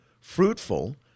fruitful